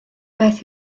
beth